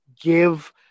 give